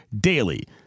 DAILY